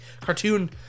cartoon